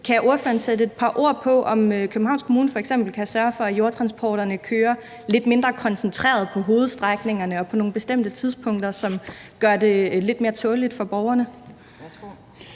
Kan ordføreren sætte et par ord på, om Københavns Kommune f.eks. kan sørge for, at jordtransporterne kører lidt mindre koncentreret på hovedstrækningerne og på nogle bestemte tidspunkter, hvilket vil gøre det lidt mere tåleligt for borgerne?